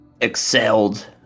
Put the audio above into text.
excelled